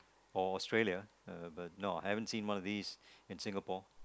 or Australia but no I haven't seen one of these in Singapore